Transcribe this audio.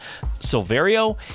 Silverio